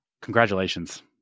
Congratulations